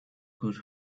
could